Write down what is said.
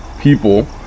people